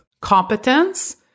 competence